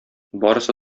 барысы